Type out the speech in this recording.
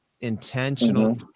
intentional